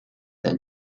than